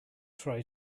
try